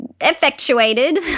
effectuated